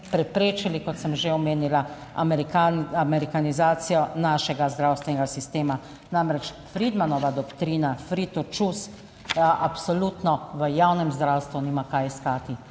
preprečili, kot sem že omenila, amerikanizacijo našega zdravstvenega sistema. Namreč Friedmanova doktrina / nerazumljivo/ absolutno v javnem zdravstvu nima kaj iskati